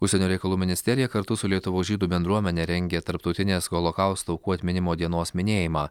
užsienio reikalų ministerija kartu su lietuvos žydų bendruomene rengia tarptautinės holokausto aukų atminimo dienos minėjimą